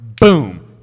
boom